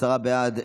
עשרה בעד,